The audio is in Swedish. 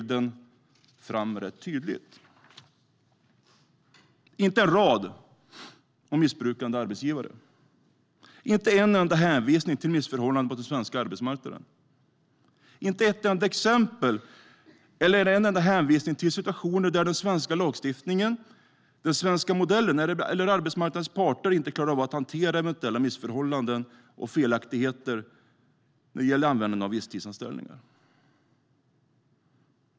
Det finns inte en rad om missbrukande arbetsgivare och inte en enda hänvisning till missförhållanden på den svenska arbetsmarknaden. Det finns inte ett enda exempel eller en enda hänvisning till situationer där den svenska lagstiftningen, den svenska modellen eller arbetsmarknadens parter inte klarar av att hantera eventuella missförhållanden eller felaktigheter när det gäller användande av visstidsanställningar.